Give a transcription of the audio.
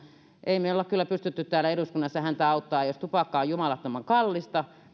emme me ole kyllä pystyneet täällä eduskunnassa häntä auttamaan jos tupakka on jumalattoman kallista